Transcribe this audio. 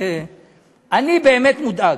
אני באמת מודאג.